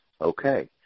Okay